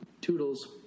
toodles